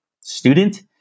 student